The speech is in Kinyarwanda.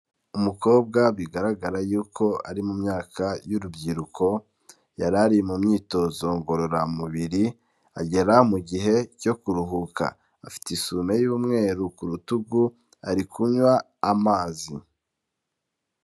Umukobwa bigaragara yuko ari mu myaka y'urubyiruko, yarari mu myitozo ngororamubiri agera mu gihe cyo kuruhuka, afite isume y'umweru ku rutugu ari kunywa amazi.